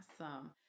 Awesome